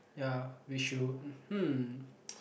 ya we should mm